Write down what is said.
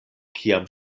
kiam